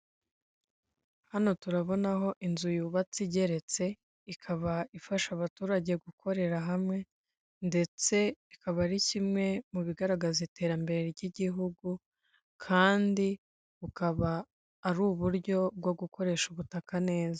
Hano turabonaho inzu yubatse igeretse ikaba ifasha abaturage gukorera hamwe ndetse ikaba ari kimwe mu bigaragaza iterambere ry'igihugu kandi bukaba ari uburyo bwo gukoresha ubutaka neza.